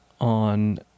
On